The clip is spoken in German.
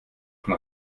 von